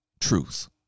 truth